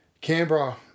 Canberra